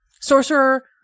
Sorcerer